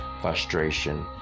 frustration